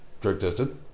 drug-tested